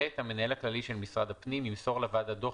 (ב)המנהל הכללי של משרד הפנים ימסור לוועדה דוח